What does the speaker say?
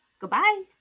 Goodbye